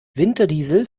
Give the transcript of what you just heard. winterdiesel